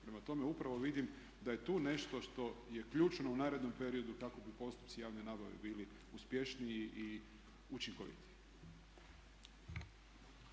Prema tome, upravo vidim da je tu nešto što je ključno u narednom periodu kako bi postupci javne nabave bili uspješniji i učinkovitiji.